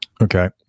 Okay